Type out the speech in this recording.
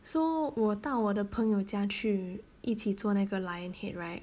so 我到我的朋友家去一起做那个 lion head right